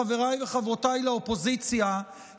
חבריי וחברותיי לאופוזיציה,